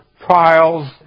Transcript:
trials